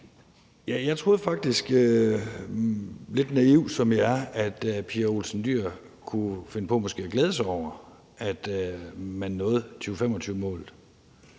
jeg er, at Pia Olsen Dyhr kunne finde på måske at glæde sig over, at vi når 2025-målet.